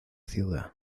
ciudad